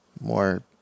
more